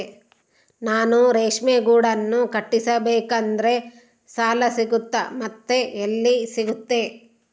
ನಾನು ರೇಷ್ಮೆ ಗೂಡನ್ನು ಕಟ್ಟಿಸ್ಬೇಕಂದ್ರೆ ಸಾಲ ಸಿಗುತ್ತಾ ಮತ್ತೆ ಎಲ್ಲಿ ಸಿಗುತ್ತೆ?